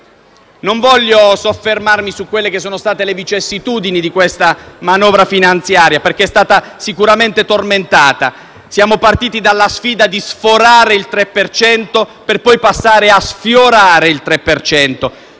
Non voglio soffermarmi sulle vicissitudini di questa manovra finanziaria, che è stata sicuramente tormentata. Siamo partiti dalla sfida di sforare il 3 per cento, per poi passare a sfiorare il 3